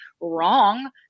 wrong